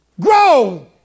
Grow